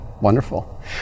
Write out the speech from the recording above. Wonderful